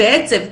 בעצב,